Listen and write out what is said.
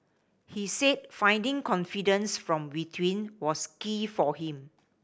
he said finding confidence from within was key for him